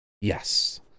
Yes